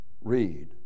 Read